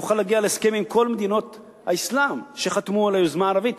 נוכל להגיע להסכם עם כל מדינות האסלאם שחתמו על היוזמה הערבית.